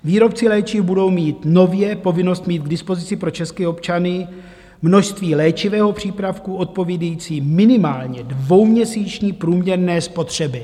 Výrobci léčiv budou mít nově povinnost mít k dispozici pro české občany množství léčivého přípravku odpovídající minimálně dvouměsíční průměrné spotřebě.